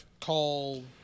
call